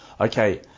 Okay